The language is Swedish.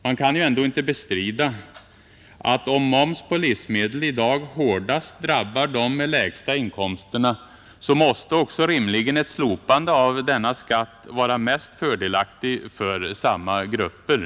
Man kan ju ändå inte bestrida att om moms på livsmedel i dag hårdast drabbar dem som har de lägsta inkomsterna måste också rimligen ett slopande av denna skatt vara mest fördelaktig för samma grupper.